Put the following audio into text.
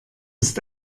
ist